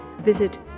visit